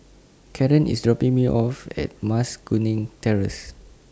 Caron IS dropping Me off At Mas Kuning Terrace